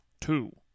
two